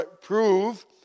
Prove